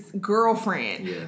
girlfriend